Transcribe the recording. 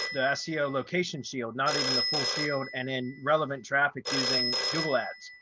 the seo location shield, not even the full shield and then relevant traffic using google ads.